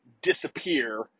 disappear